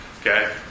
Okay